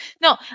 No